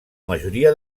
majoria